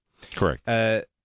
Correct